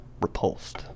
repulsed